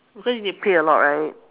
because you need to pay a lot right